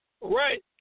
right